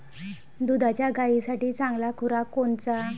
दुधाच्या गायीसाठी चांगला खुराक कोनचा?